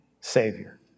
Savior